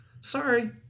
sorry